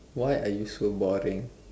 why are you so boring